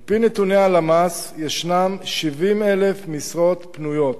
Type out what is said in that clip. על-פי נתוני הלמ"ס ישנן 70,000 משרות פנויות.